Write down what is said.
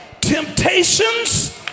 temptations